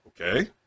Okay